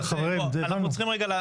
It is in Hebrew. אנחנו צריכים רגע,